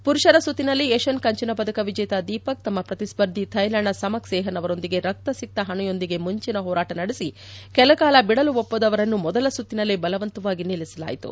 ಪುರುಷರ ಸುತ್ತಿನಲ್ಲಿ ಏಷ್ಲನ್ ಕಂಚಿನ ಪದಕ ವಿಜೇತ ದೀಪಕ್ ತಮ್ಮ ಪ್ರತಿಸರ್ಧಿ ಥೈಲ್ಲಾಂಡ್ನ ಸಮಕ್ ಸೇಹನ್ ಅವರೊಂದಿಗೆ ರಕ್ತಸಿಕ್ತ ಹಣೆಯೊಂದಿಗೆ ಮಿಂಚನ ಹೋರಾಟ ನಡೆಸಿ ಕೆಲಕಾಲ ಬಿಡಲು ಒಪ್ಪದ ಅವರನ್ನು ಮೊದಲ ಸುತ್ತಿನಲ್ಲೆ ಬಲವಂತವಾಗಿ ನಿಲ್ಲಿಸಲಾಯಿತು